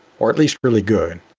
or at least really good.